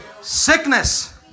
Sickness